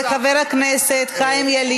ברוח, תודה רבה לחבר הכנסת חיים ילין.